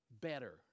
better